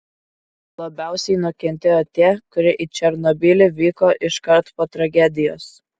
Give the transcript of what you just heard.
labiausiai nukentėjo tie kurie į černobylį vyko iškart po tragedijos